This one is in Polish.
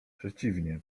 przeciwnie